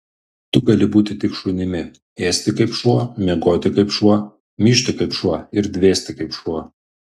tu gali būti tik šunimi ėsti kaip šuo miegoti kaip šuo myžti kaip šuo ir dvėsti kaip šuo